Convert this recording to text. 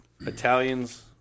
Italians